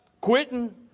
quitting